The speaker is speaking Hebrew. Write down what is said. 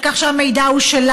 על כך שהמידע הוא שלנו,